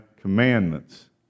commandments